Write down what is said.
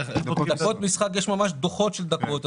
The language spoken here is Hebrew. דקות משחק, יש ממש דוחות של דקות.